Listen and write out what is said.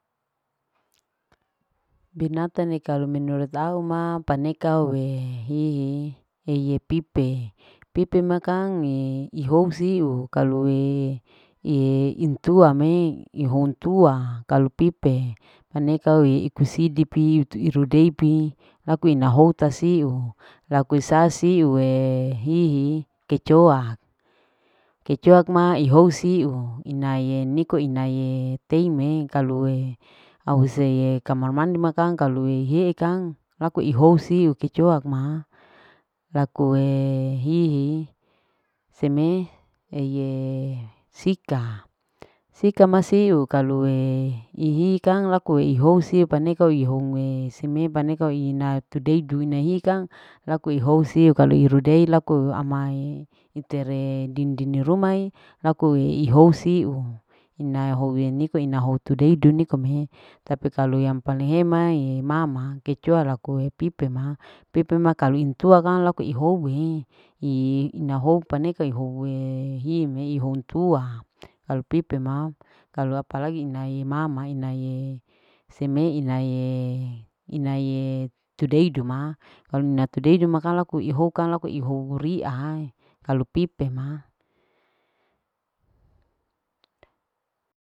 Binatange kali menurut au kang paneka aue hihi eye pipe. pipe ma kang ihiu sio kaluee iyeee intua me ihontua kalu pipe aneka we iko sidipi utu irudepi laku inahoua sasiu laku isasiuee hihi. kecoa. kesoa ma au siu inaye niko inaye teime kalu ahu seye kamar mandi kang kalu ihee kang laku ihou siu kecoa ma lakueee hih